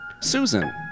Susan